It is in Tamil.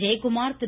ஜெயகுமார் திரு